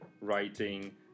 writing